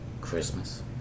Christmas